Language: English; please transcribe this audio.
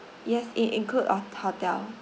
yes it include of hotel